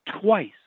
twice